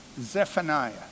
Zephaniah